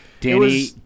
Danny